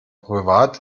privat